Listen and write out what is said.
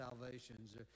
salvations